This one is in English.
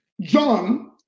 John